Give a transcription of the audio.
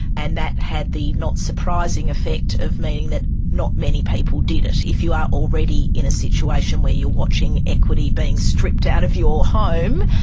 and that had the not surprising effect of meaning that not many people did it. if you are already in a situation where you're watching equity being stripped out of your home,